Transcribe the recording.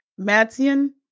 Madsian